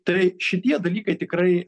tai šitie dalykai tikrai